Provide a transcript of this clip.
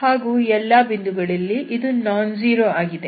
ಹಾಗೂ ಎಲ್ಲಾ ಬಿಂದುಗಳಲ್ಲಿ ಇದು ನಾನ್ ಜೀರೋ ಆಗಿದೆ